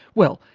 well,